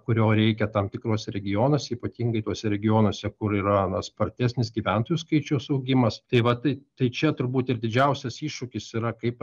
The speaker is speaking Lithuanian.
kurio reikia tam tikruose regionuose ypatingai tuose regionuose kur yra na spartesnis gyventojų skaičiaus augimas tai va tai tai čia turbūt ir didžiausias iššūkis yra kaip